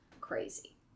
crazy